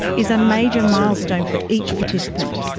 is a major milestone for each participant.